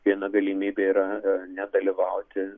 viena galimybė yra nedalyvauti